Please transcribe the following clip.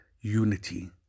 unity